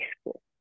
school